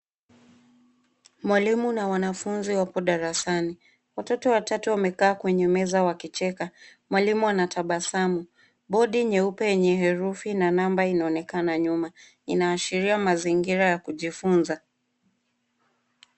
Mwalimu na wanafunzi wapo darasani. Watoto watatu wamekaa kwenye meza wakicheka. Mwalimu anatabasamu. Bodi nyeupe yenye herufi na namba inaonekana nyuma inaashiria mazingira ya kujifunza.